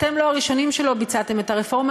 אתם לא הראשונים שלא ערכתם את הרפורמה,